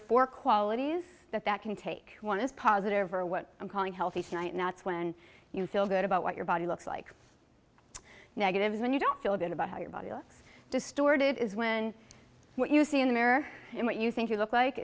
four qualities that that can take one is positive or what i'm calling healthy tonight now it's when you feel good about what your body looks like negatives when you don't feel good about how your body looks distorted is when what you see in the mirror and what you think you look like